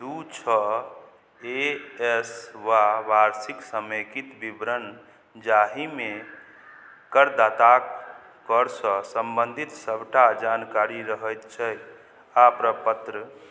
दुइ छओ A S वा वार्षिक समेकित विवरण जाहिमे करदाताके करसँ सम्बन्धित सबटा जानकारी रहैत छै आओर प्रपत्र